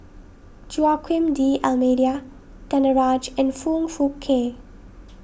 Joaquim D'Almeida Danaraj and Foong Fook Kay